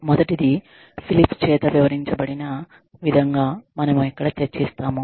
మొదటిది ఫిలిప్స్ చేత వివరించబడిన విధంగా మనము ఇక్కడ చర్చిస్తాము